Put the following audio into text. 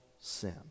sin